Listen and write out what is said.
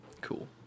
Cool